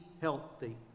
healthy